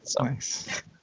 nice